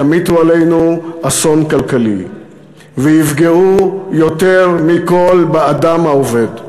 ימיטו עלינו אסון כלכלי ויפגעו יותר מכול באדם העובד.